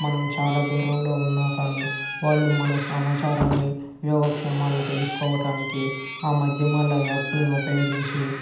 మనం చాలా దూరంలో ఉన్నా కానీ వాళ్ళు మన సమాచారాన్ని యోగ క్షేమాల్ని తెలుసుకోవటానికి ఆ మాధ్యమాలు ఆ యాప్లు ఉపయోగించి